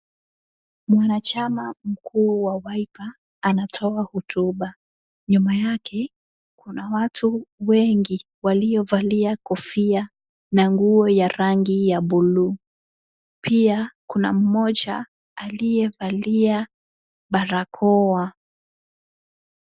Mwanachama mkuu wa Wiper anatoa hotuba. Nyuma yake, kuna watu wengi waliovalia kofia na nguo ya rangi ya buluu pia kuna mmoja aliyevalia barakoa.